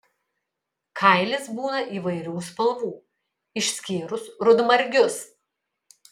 kailis būna įvairių spalvų išskyrus rudmargius